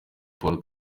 paul